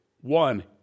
one